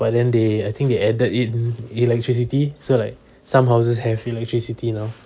but then they I think they added in electricity so like some houses have electricity now